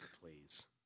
Please